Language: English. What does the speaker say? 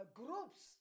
groups